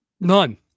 None